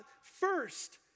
first